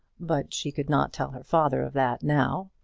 but she could not tell her father of that now.